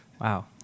Wow